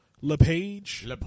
LePage